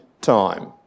time